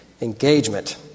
engagement